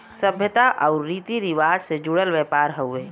सभ्यता आउर रीती रिवाज से जुड़ल व्यापार हउवे